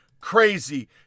crazy